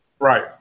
Right